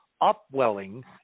upwelling